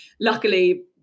luckily